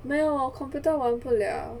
没有我 computer 玩不了